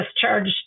discharged